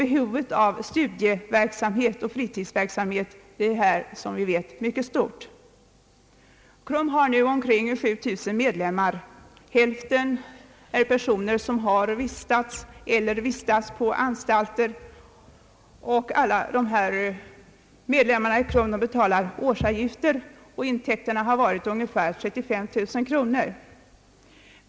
Behovet av studieverksamhet och fritidsverksamhet är mycket stort. KRUM har nu omkring 7000 medlemmar. Hälften har vistats eller vistas på anstalt, och alla betalar årsavgift. Intäkterna har varit ungefär 35 000 kronor.